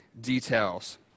details